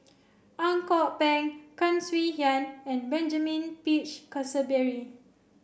Ang Kok Peng Tan Swie Hian and Benjamin Peach Keasberry